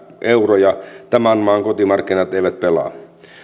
euroja tämän maan kotimarkkinat eivät pelaa